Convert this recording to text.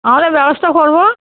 আমরা ব্যবস্থা করবো